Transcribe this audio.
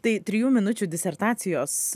tai trijų minučių disertacijos